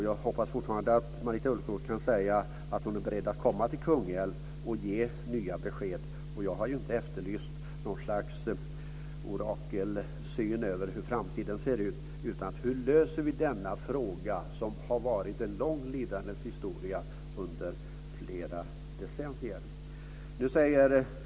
Jag hoppas fortfarande att Marita Ulvskog kan säga att hon är beredd att komma till Kungälv och ge nya besked. Jag har ju inte efterlyst något slags orakelsvar på hur framtiden ser ut. Jag undrar hur vi löser denna fråga som har varit en lång lidandets historia under flera decennier.